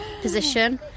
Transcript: position